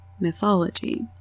mythology